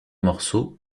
morceaux